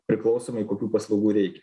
priklausomai kokių paslaugų reikia